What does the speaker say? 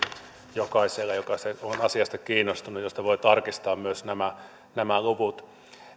jokaiselle joka on asiasta kiinnostunut siitä voi tarkistaa myös nämä nämä luvut